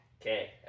Okay